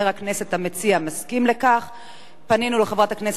פנינו לחברת הכנסת המציעה פניה קירשנבאום והיא הסכימה,